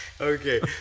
Okay